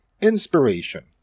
inspiration